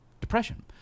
depression